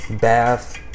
bath